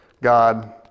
God